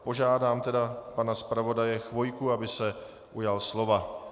Požádám tedy pana zpravodaje Chvojku, aby se ujal slova.